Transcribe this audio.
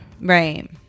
Right